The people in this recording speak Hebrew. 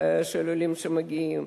של עולים שמגיעים,